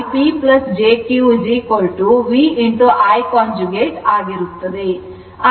ಹಾಗಾಗಿ P jQ V I conjugate ಆಗಿರುತ್ತದೆ